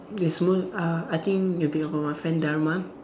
uh I think it will be about my friend Dharma